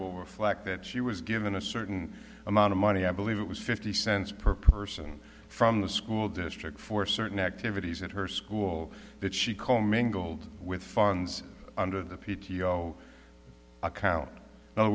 will reflect that she was given a certain amount of money i believe it was fifty cents per person from the school district for certain activities at her school that she comingled with funds under the p t o account